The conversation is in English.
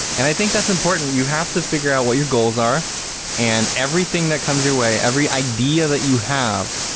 and i think that's important. you have to figure out what your goals are and everything that comes your way, every idea that you have,